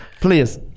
please